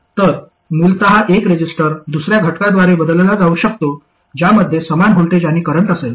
तर मूलत एक रेझिस्टर दुसर्या घटकाद्वारे बदलला जाऊ शकतो ज्यामध्ये समान व्होल्टेज आणि करंट असेल